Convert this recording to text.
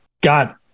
got